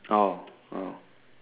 oh oh